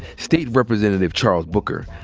state representative charles booker,